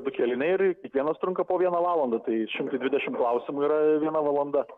du kėliniai ir kiekvienas trunka po vieną valandą tai šimtui dvidešim klausimų yra viena valanda